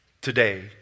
today